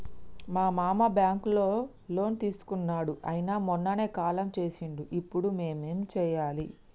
మా మామ బ్యాంక్ లో లోన్ తీసుకున్నడు అయిన మొన్ననే కాలం చేసిండు ఇప్పుడు మేం ఏం చేయాలి?